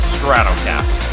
Stratocast